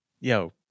Yo